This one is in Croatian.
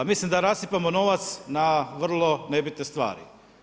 Mislim da rasipamo novac na vrlo nebitne stvari.